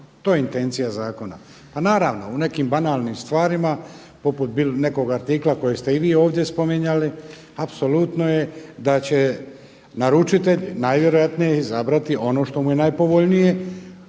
To je intencija zakona. Pa naravno u nekim banalnim stvarima poput nekog artikla koji ste i vi ovdje spominjali apsolutno je da će naručitelj najvjerojatnije izabrati ono što mu je najpovoljnije,